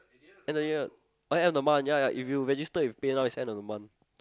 end of year oh ya end of month if you register with PayNow is end of the month